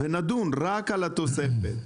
ונדון רק על התוספת.